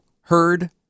heard